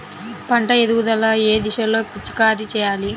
పంట ఎదుగుదల ఏ దశలో పిచికారీ చేయాలి?